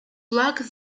pluck